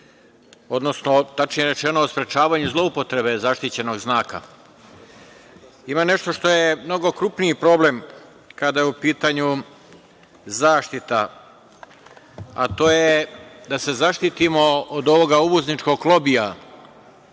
odnosno, tačnije rečeno, sprečavanje zloupotrebe zaštićenog znaka. Ima nešto što je mnogo krupniji problem kada je u pitanju zaštita, a to je da se zaštitimo od ovoga uvozničkog lobija